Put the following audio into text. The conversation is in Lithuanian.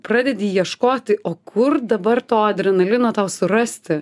pradedi ieškoti o kur dabar to adrenalino tau surasti